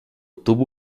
tubo